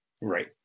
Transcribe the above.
Right